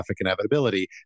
inevitability